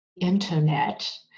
internet